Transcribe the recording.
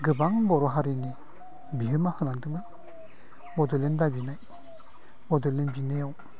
गोबां बर' हारिनि बिहोमा होलांदोंमोन बड'लेण्ड दाबिनाय बड'लेण्ड बिनायाव